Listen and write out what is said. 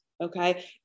Okay